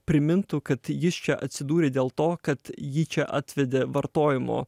primintų kad jis čia atsidūrė dėl to kad jį čia atvedė vartojimo